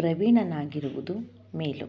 ಪ್ರವೀಣನಾಗಿರುವುದು ಮೇಲು